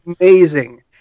amazing